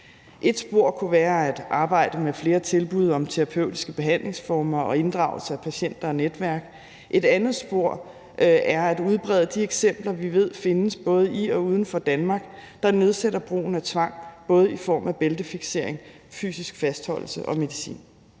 Et spor kunne være at arbejde med flere tilbud om terapeutiske behandlingsformer og inddragelse af patienter og netværk. Et andet spor er at udbrede de eksempler, vi ved findes både i og uden for Danmark, der nedsætter brugen af tvang både i form af bæltefiksering, fysisk fastholdelse og medicin.